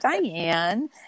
Diane